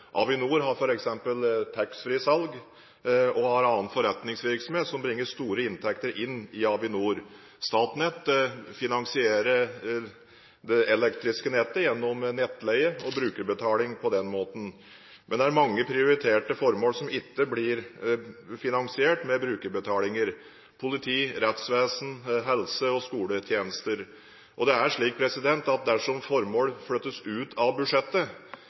Avinor har f.eks. taxfree-salg og har annen forretningsvirksomhet, som bringer store inntekter inn i Avinor. Statnett finansierer det elektriske nettet gjennom nettleie og brukerbetaling på den måten. Men det er mange prioriterte formål som ikke blir finansiert med brukerbetalinger: politi, rettsvesen, helse- og skoletjenester. Dersom formål flyttes ut av budsjettet, med øremerket finansiering, blir det